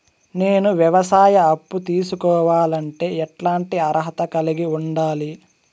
నేను వ్యవసాయ అప్పు తీసుకోవాలంటే ఎట్లాంటి అర్హత కలిగి ఉండాలి?